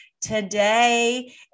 today